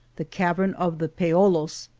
the cavern of the paolos,